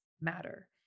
matter